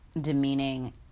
demeaning